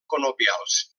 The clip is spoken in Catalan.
conopials